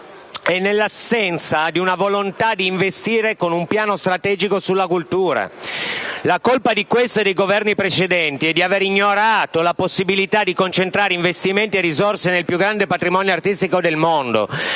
è nell'assenza di una volontà di investire con un piano strategico sulla cultura. La colpa di questo e dei Governi precedenti è di aver ignorato la possibilità di concentrare investimenti e risorse nel più grande patrimonio artistico del mondo,